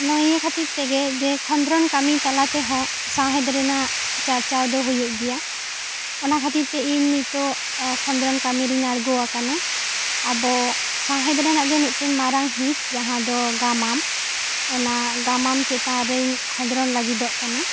ᱱᱚᱭᱮ ᱠᱷᱟᱹᱛᱤᱨ ᱛᱮᱜᱮ ᱡᱮ ᱠᱷᱚᱸᱫᱽᱨᱚᱱ ᱠᱟᱹᱢᱤ ᱛᱟᱞᱟ ᱛᱮᱦᱚᱸ ᱥᱟᱶᱦᱮᱫ ᱨᱮᱱᱟᱜ ᱪᱟᱨᱪᱟᱣ ᱫᱚ ᱦᱩᱭᱩᱜ ᱜᱮᱭᱟ ᱚᱱᱟ ᱠᱷᱟᱹᱛᱤᱨ ᱛᱮ ᱤᱧ ᱱᱤᱛᱚᱜ ᱠᱷᱚᱸᱫᱽᱨᱚᱱ ᱠᱟᱹᱢᱤ ᱨᱮᱧ ᱟᱬᱜᱚ ᱟᱠᱟᱱᱟ ᱟᱵᱚ ᱥᱟᱶᱦᱮᱫ ᱨᱮᱱᱟᱜ ᱜᱤ ᱢᱤᱫ ᱴᱮᱱ ᱢᱟᱨᱟᱝ ᱦᱤᱸᱥ ᱡᱟᱦᱟᱸ ᱫᱚ ᱜᱟᱢᱟᱢ ᱚᱱᱟ ᱜᱟᱢᱟᱢ ᱪᱮᱛᱟᱱ ᱨᱮ ᱠᱷᱚᱸᱫᱽᱨᱚᱱ ᱞᱟᱹᱜᱤᱫᱚᱜ ᱠᱟᱱᱟ